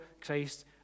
Christ